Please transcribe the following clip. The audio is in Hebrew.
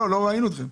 לא, לא ראינו אתכם.